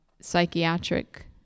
psychiatric